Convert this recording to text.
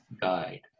Guide